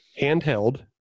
handheld